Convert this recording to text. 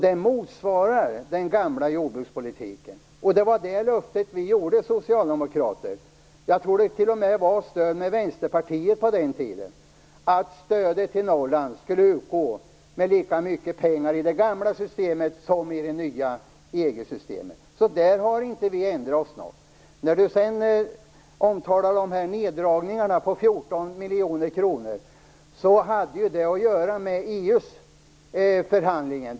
Det motsvarar den gamla jordbrukspolitiken. Det var det löftet vi socialdemokrater gav - jag tror att det t.o.m. var med Vänsterpartiets stöd - att Norrlandsstödet skulle utgå med lika mycket pengar i det gamla systemet som i det nya EU-systemet. Där har vi inte ändrat oss. miljoner kronor. Det hade att göra med EU förhandlingen.